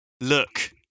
look